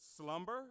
slumber